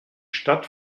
stadt